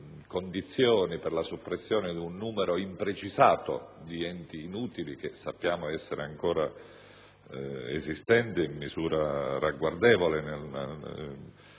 condizioni per la soppressione di un numero imprecisato di enti inutili che sappiamo essere ancora esistenti in misura ragguardevole